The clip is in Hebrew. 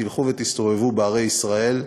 תלכו ותסתובבו בערי ישראל,